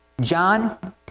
John